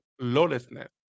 lawlessness